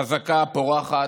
חזקה, פורחת,